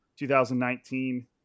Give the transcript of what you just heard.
2019